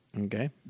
okay